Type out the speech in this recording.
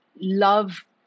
love